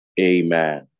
Amen